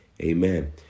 amen